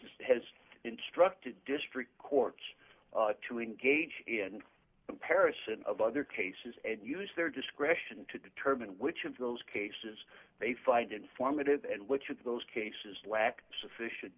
as has instructed district courts to engage in comparison of other cases and use their discretion to determine which of those cases they find informative and which of those cases lack sufficient